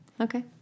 Okay